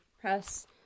press